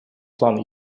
план